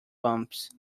bumps